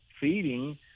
feeding